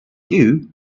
you